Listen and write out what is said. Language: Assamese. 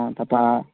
অঁ তাপা